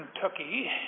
Kentucky